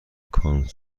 کانس